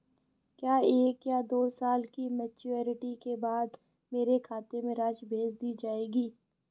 क्या एक या दो साल की मैच्योरिटी के बाद मेरे खाते में राशि भेज दी जाएगी?